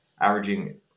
averaging